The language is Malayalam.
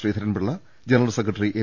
Sreedharan Pillai general secretary M